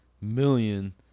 million